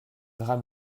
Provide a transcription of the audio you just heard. drap